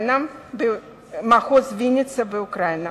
במחוז ויניצה שבאוקראינה.